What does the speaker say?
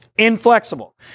Inflexible